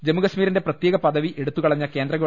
ജമ്മു കശ്മീരിന്റെ പ്രത്യേക പദവി എടുത്തുകളഞ്ഞ കേന്ദ്ര ഗവ